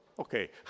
Okay